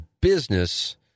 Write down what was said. business